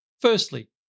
firstly